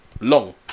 long